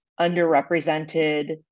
underrepresented